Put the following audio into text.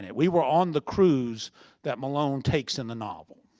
yeah we were on the cruise that malone takes in the novel.